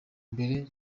mbere